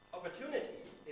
Opportunities